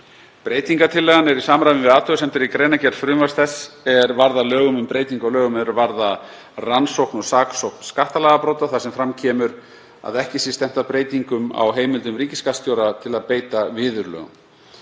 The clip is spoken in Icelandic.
Breytingartillagan er í samræmi við athugasemdir í greinargerð frumvarps þess er varð að lögum um breytingu á lögum er varða rannsókn og saksókn skattalagabrota þar sem fram kemur að ekki sé stefnt að breytingum á heimildum ríkisskattstjóra til að beita viðurlögum.